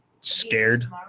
scared